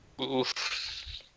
Oof